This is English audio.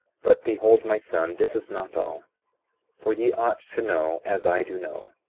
but behold, my son, this is not all for ye ought to know as i do know,